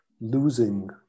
losing